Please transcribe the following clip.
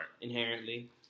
inherently